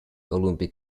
olympic